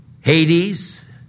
Hades